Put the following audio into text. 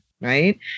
right